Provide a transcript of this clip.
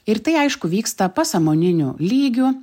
ir tai aišku vyksta pasąmoniniu lygiu